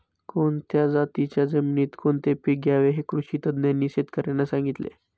कोणत्या जातीच्या जमिनीत कोणते पीक घ्यावे हे कृषी तज्ज्ञांनी शेतकर्यांना सांगितले